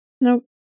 Nope